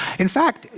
in fact,